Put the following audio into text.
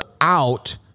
out